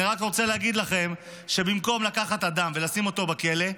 אני רק רוצה להגיד לכם שבמקום לקחת אדם ולשים אותו בכלא,